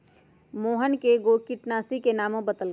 मोहन कै गो किटनाशी के नामो बतलकई